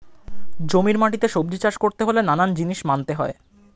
জমির মাটিতে সবজি চাষ করতে হলে নানান জিনিস মানতে হয়